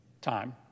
time